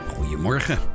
Goedemorgen